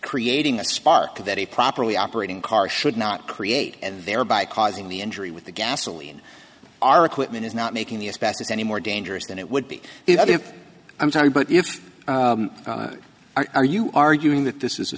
creating a spark that a properly operating car should not create and thereby causing the injury with the gasoline our equipment is not making the best is any more dangerous than it would be if i'm sorry but are you arguing that this is a